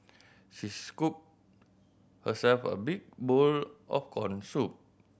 she scooped herself a big bowl of corn soup